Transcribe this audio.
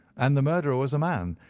and the murderer was a man.